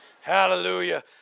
Hallelujah